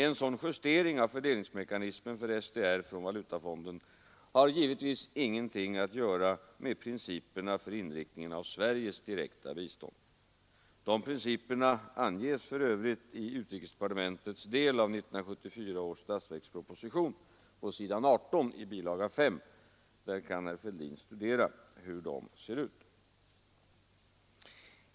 En sådan justering av fördelningsmekanismen för SDR från valutafonden har givetvis ingenting att göra med principerna för inriktningen av Sveriges direkta bistånd. De principerna anges för övrigt i utrikesdepartementets del av 1974 års statsverksproposition, på s. 18 i bilaga 5. Där kan herr Fälldin studera hur de ser ut.